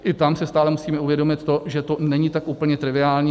I tam si stále musíme uvědomit to, že to není tak úplně triviální.